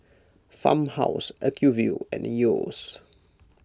Farmhouse Acuvue and Yeo's